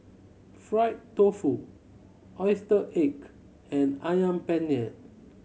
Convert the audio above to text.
fried tofu oyster ache and Ayam Penyet